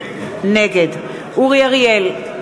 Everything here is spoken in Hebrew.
נגד אורי אריאל,